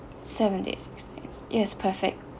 seven days six nights yes perfect